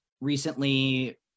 recently